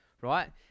right